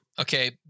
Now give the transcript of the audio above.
Okay